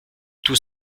tout